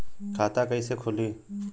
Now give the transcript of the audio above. खाता कईसे खुली?